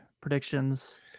predictions